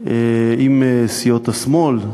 עם סיעות השמאל,